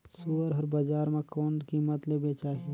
सुअर हर बजार मां कोन कीमत ले बेचाही?